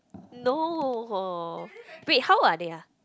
no or wait how old are they ah